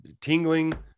tingling